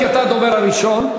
כי אתה הדובר הראשון,